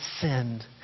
sinned